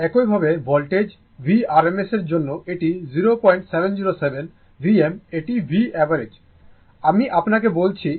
একইভাবে voltage Vrms এর জন্য এটি 0707 Vm এটি V অ্যাভারেজ আমি আপনাকে বলেছি